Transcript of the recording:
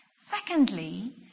Secondly